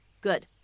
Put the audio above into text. good